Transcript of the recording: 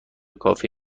کافه